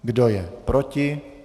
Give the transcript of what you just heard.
Kdo je proti?